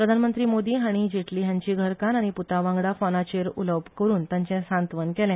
प्रधानमंत्री मोदी हाणी जेटली हांची घरकान्न आनी पुतावांगडा फोनाचेर उलोवन तांचे सांतवन केले